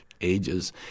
ages